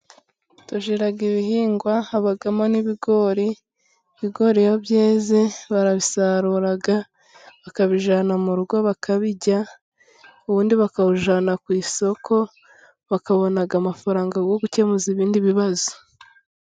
Tugira ibihingwa habamo n'ibigori, ibigori iyo byeze barabisarura, bakabijyana mu rugo, bakabirya, ubundi bakawujyana ku isoko bakabona amafaranga yo gukemuza ibindi bibazo.